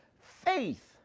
faith